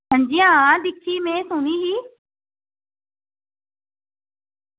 हां जी हां दिक्खी ही में सुनी ही